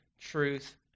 truth